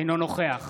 אינו משתתף